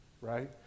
right